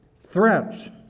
threats